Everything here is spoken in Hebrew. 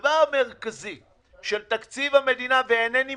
הדבר המרכזי בתקציב המדינה ואינני